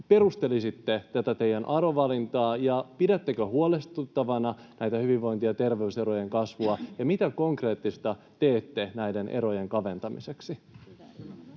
perustelisitte tätä teidän arvovalintaa. Pidättekö huolestuttavana tätä hyvinvointi- ja terveyserojen kasvua, ja mitä konkreettista teette näiden erojen kaventamiseksi?